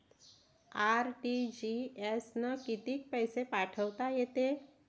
RTGS न कितीक पैसे पाठवता येते?